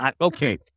Okay